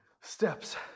steps